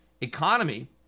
economy